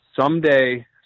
someday